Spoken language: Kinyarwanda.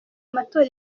amatora